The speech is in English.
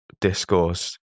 discourse